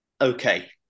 Okay